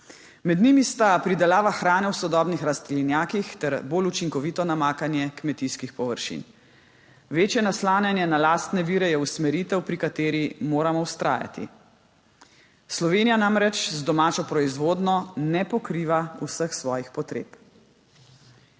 Med njimi sta pridelava hrane v sodobnih rastlinjakih ter bolj učinkovito namakanje kmetijskih površin. Večje naslanjanje na lastne vire je usmeritev, pri kateri moramo vztrajati. Slovenija namreč z domačo proizvodnjo ne pokriva vseh svojih potreb.